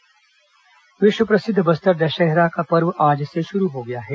बस्तर दशहरा विश्व प्रसिद्ध बस्तर दशहरा का पर्व आज से शुरू हो गया है